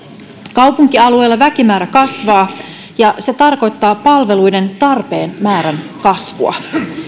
kaupunkialueella väkimäärä kasvaa ja se tarkoittaa palveluiden tarpeen määrän kasvua